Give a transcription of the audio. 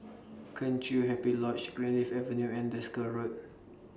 Kheng Chiu Happy Lodge Greenleaf Avenue and Desker Road